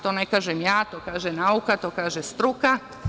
To ne kažem ja, to kaže nauka, to kaže struka.